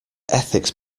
ethics